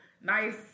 nice